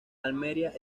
almería